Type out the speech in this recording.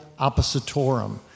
oppositorum